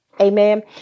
Amen